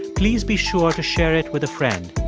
please be sure to share it with a friend.